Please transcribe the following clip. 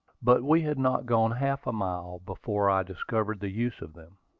but we had not gone half a mile before i discovered the use of them.